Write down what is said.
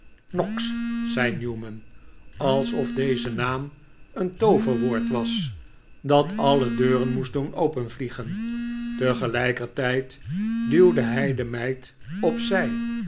noggs zei newman alsof deze naam een tooverwoord was dat alle deuren moest doen openvliegen tegelijkertijd duwde hij de meid op